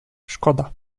szkoda